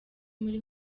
muri